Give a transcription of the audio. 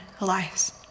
Elias